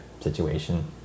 situation